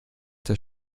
der